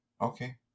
okay